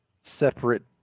separate